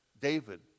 David